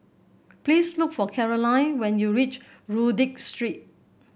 please look for Caroline when you reach Rodyk Street